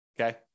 Okay